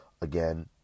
again